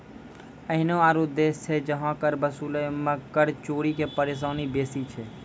एहनो आरु देश छै जहां कर वसूलै मे कर चोरी के परेशानी बेसी छै